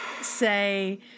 say